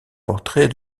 portrait